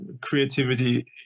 creativity